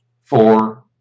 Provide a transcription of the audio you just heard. four